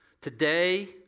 Today